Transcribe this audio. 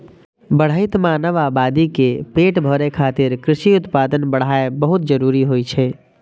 बढ़ैत मानव आबादी के पेट भरै खातिर कृषि उत्पादन बढ़ाएब बहुत जरूरी होइ छै